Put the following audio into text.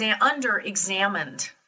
under-examined